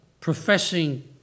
professing